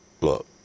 look